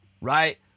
right